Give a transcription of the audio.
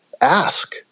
ask